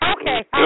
Okay